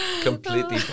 completely